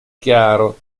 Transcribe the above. chiaro